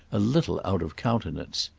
a little out of countenance.